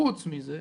חוץ מזה,